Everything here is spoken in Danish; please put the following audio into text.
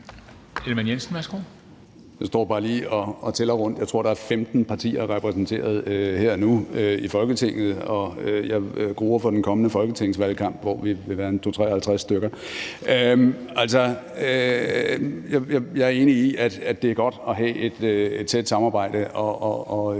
jeg er enig i, at det er godt at have et tæt samarbejde, og at have